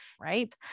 Right